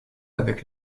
avec